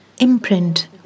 imprint